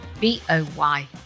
B-O-Y